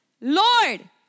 Lord